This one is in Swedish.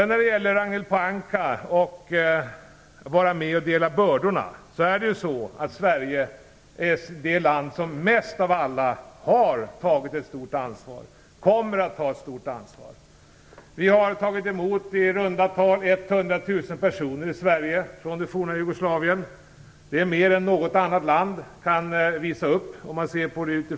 När det gäller att dela bördorna, Ragnhild Pohanka, är Sverige det land som mest av alla har tagit ett stort ansvar och kommer att ta ett stort ansvar. Vi har i runda tal tagit emot 100 000 personer i Sverige från det forna Jugoslavien. Det är mer än något annat land i ett europeiskt perspektiv kan visa upp.